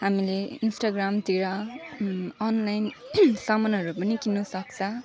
हामीले इन्स्टाग्रामतिर अनलाइन समानहरू पनि किन्नु सक्छ